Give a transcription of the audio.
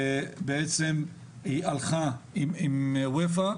ובעצם היא הלכה עם אופ"א,